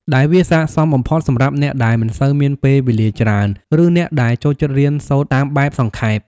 ដែលវាស័ក្តិសមបំផុតសម្រាប់អ្នកដែលមិនសូវមានពេលវេលាច្រើន ឬអ្នកដែលចូលចិត្តរៀនសូត្រតាមបែបសង្ខេប។